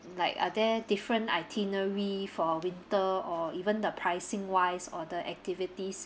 like are there different itinerary for winter or even the pricing wise or the activities